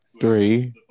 Three